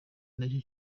nacyo